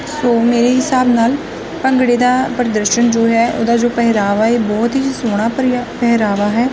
ਸੋ ਮੇਰੇ ਹਿਸਾਬ ਨਾਲ ਭੰਗੜੇ ਦਾ ਪ੍ਰਦਰਸ਼ਨ ਜੋ ਹੈ ਉਹਦਾ ਜੋ ਪਹਿਰਾਵਾ ਇਹ ਬਹੁਤ ਹੀ ਸੋਹਣਾ ਭਰਿਆ ਪਹਿਰਾਵਾ ਹੈ